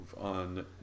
on